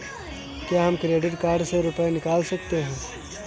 क्या हम credit card से रुपये निकाल सकते हैं?